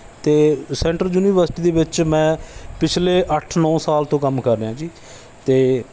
ਅਤੇ centre university ਦੇ ਵਿੱਚ ਮੈਂ ਪਿਛਲੇ ਅੱਠ ਨੌਂ ਸਾਲ ਤੋਂ ਕੰਮ ਕਰ ਰਿਹਾ ਜੀ ਅਤੇ